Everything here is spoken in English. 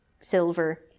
silver